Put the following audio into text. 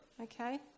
okay